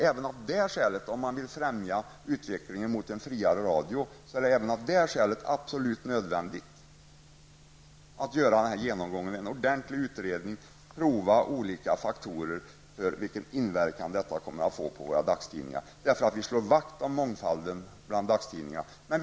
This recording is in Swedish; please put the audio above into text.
Även av det skälet att man vill främja utvecklingen av den fria radion är det nödvändigt att göra en genomgång och en ordentlig utredning och prova vilken inverkan detta kommer att få för våra dagstidningar. Vi vill slå vakt om mångfalden för tidningarna.